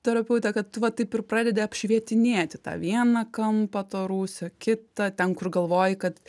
terapeutė kad tu va taip ir pradedi apšvietinėti tą vieną kampą to rūsio kitą ten kur galvoji kad